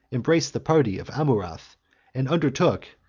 embraced the party of amurath and undertook,